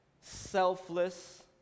selfless